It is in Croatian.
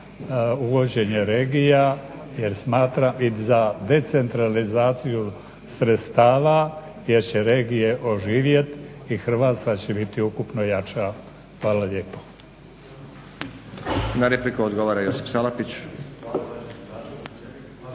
uvođenje regija i za decentralizaciju sredstava, jer će regije oživjeti i Hrvatska će biti ukupno jača. Hvala lijepo. **Stazić, Nenad (SDP)** Na repliku odgovara Josip Salapić.